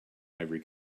ivory